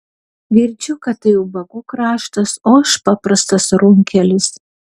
girdžiu kad tai ubagų kraštas o aš paprastas runkelis